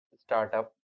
startup